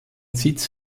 sitz